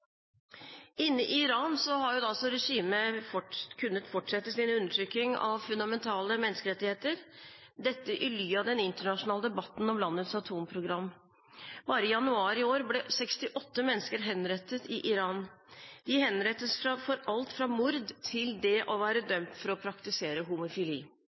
har altså regimet kunnet fortsette sin undertrykking av fundamentale menneskerettigheter, dette i ly av den internasjonale debatten om landets atomprogram. Bare i januar i år ble 68 mennesker henrettet i Iran. De henrettes for alt fra mord til det å være dømt for å praktisere homofili.